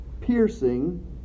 piercing